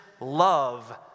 love